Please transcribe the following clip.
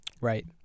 Right